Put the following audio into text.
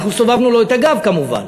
אנחנו סובבנו לו את הגב, כמובן.